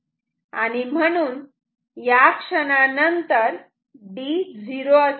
आणि म्हणून या क्षणानंतर D 0 असेल